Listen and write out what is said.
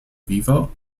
vivo